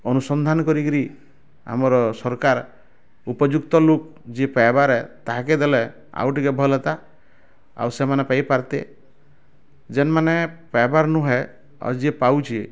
ଅନୁସନ୍ଧାନ କରିକିରି ଆମର ସରକାର ଉପଯୁକ୍ତ ଲୋକ ଯିଏ ପାଇବାର ଏ ତା'ହେକେ ଦେଲେ ଆଉ ଟିକେ ଭଲ ହୁଅନ୍ତା ଆଉ ସେମାନେ ପାଇପାରତେ ଯେନ ମାନେ ପାଇବାର ନୁହେଁ ଆଉ ଯିଏ ପାଉଛେ